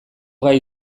gai